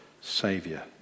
savior